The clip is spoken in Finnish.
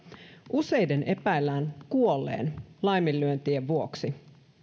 useiden epäillään kuolleen laiminlyöntien vuoksi